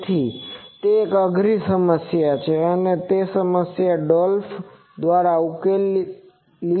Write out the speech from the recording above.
તેથી તે એક અઘરી સમસ્યા છે અને તે સમસ્યા ડોલ્ફ દ્વારા ઉકેલી હતી